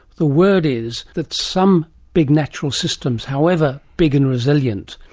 the word is that some big natural systems, however big and resilient,